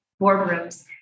boardrooms